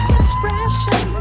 expression